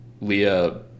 Leah